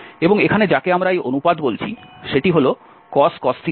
এবং এখানে যাকে আমরা এই অনুপাত বলছি সেটি হল cos i এবং এর চরম মান